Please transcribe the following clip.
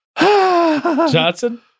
Johnson